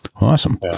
awesome